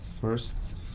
first